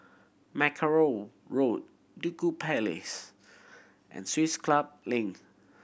Mackerrow Road Duku Place and Swiss Club Link